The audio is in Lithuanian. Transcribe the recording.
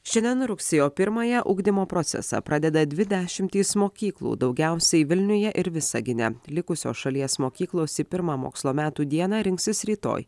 šiandien rugsėjo pirmąją ugdymo procesą pradeda dvi dešimtys mokyklų daugiausiai vilniuje ir visagine likusios šalies mokyklos į pirmą mokslo metų dieną rinksis rytoj